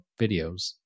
videos